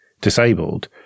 disabled